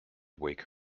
wake